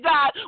God